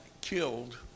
killed